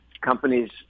Companies